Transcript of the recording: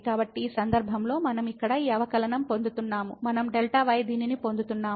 కాబట్టి ఈ సందర్భంలో మనం ఇక్కడ ఈ అవకలనం పొందుతున్నాము మనం Δy దీనిని పొందుతున్నాము